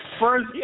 First